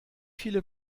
viele